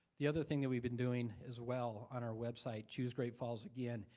the other thing that we've been doing as well on our website, choose great falls again,